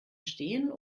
stehen